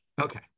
Okay